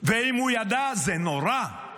ואם הוא ידע, זה נורא,